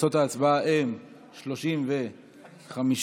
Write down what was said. תוצאות ההצבעה הן 35 בעד,